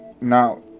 Now